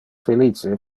felice